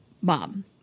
Mom